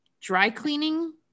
dry-cleaning